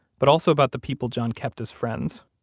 but also about the people john kept as friends.